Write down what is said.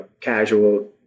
casual